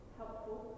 helpful